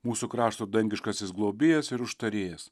mūsų krašto dangiškasis globėjas ir užtarėjas